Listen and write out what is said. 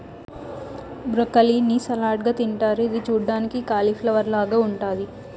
broccoli ని salad గా తింటారు ఇది చూడ్డానికి కాలిఫ్లవర్ లాగ ఉంటాది